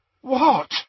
What